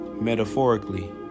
Metaphorically